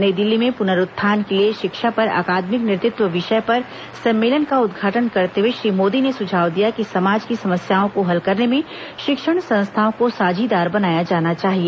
नई दिल्ली में पुनरुत्थान के लिए शिक्षा पर अकादमिक नेतृत्व विषय पर सम्मेलन का उद्घाटन करते हुए श्री मोदी ने सुझाव दिया कि समाज की समस्याओं को हल करने में शिक्षण संस्थाओं को साझीदार बनाया जाना चाहिए